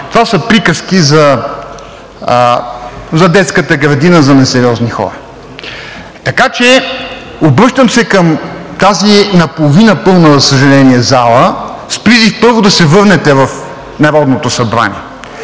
това са приказки за детската градина, за несериозни хора. Така че обръщам се към тази наполовина пълна, за съжаление, зала с призив, първо, да се върнете в Народното събрание